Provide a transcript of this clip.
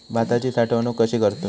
भाताची साठवूनक कशी करतत?